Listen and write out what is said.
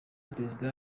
perezida